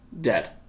dead